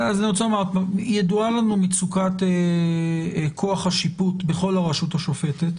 ידועה לנו מצוקת כוח השיפוט בכל הרשות השופטת.